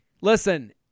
listen